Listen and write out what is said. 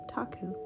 Taku